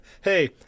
Hey